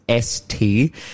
ST